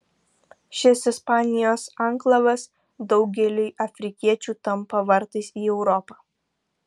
šis ispanijos anklavas daugeliui afrikiečių tampa vartais į europą